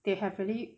they have many